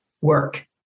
work